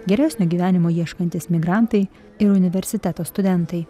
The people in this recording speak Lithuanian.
geresnio gyvenimo ieškantys migrantai ir universiteto studentai